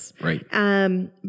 Right